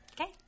Okay